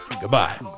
Goodbye